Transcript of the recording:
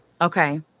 Okay